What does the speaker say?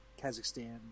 Kazakhstan